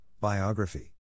Biography